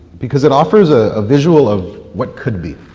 because it offers a ah visual of what could be.